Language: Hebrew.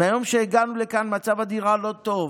מהיום שהגענו לכאן מצב הדירה לא טוב,